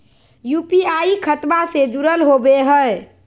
UPI खतबा से जुरल होवे हय?